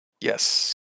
Yes